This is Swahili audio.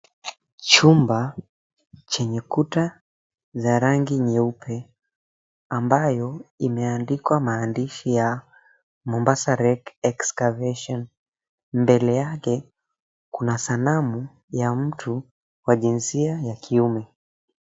Chumba chenye kuta za rangi nyeupe ambayo imeandikwa maandishi ya, Mombasa Wreck Excavation. Mbele yake kuna sanamu ya mtu wa jinsia ya kiume.